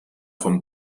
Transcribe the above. vom